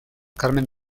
carmen